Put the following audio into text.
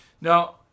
Now